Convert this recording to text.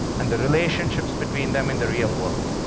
and the relationships between them and the real world.